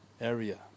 area